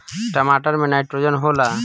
टमाटर मे नाइट्रोजन होला?